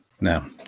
Now